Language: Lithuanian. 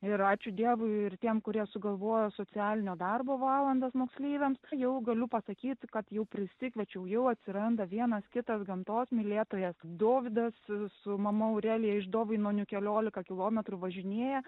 ir ačiū dievui ir tiem kurie sugalvojo socialinio darbo valandas moksleiviams jau galiu pasakyt kad jau prisikviečiau jau atsiranda vienas kitas gamtos mylėtojas dovydas su mama aurelija iš dovainonių keliolika kilometrų važinėja